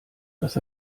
was